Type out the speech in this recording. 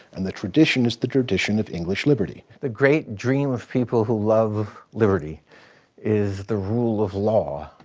and the tradition is the tradition of english liberty. the great dream of people who love liberty is the rule of law,